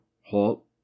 halt